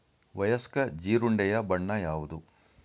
ವಯಸ್ಕ ಜೀರುಂಡೆಯ ಬಣ್ಣ ಯಾವುದು?